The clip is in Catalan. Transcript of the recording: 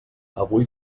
avui